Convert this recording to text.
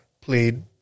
played